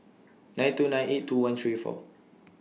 nine two nine eight two one three four